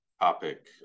topic